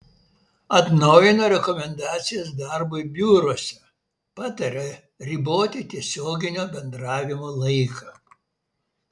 atnaujino rekomendacijas darbui biuruose pataria riboti tiesioginio bendravimo laiką